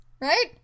Right